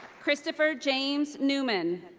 kristofer james newman.